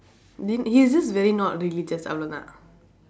didn't he he's just very not religious